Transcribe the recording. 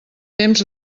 temps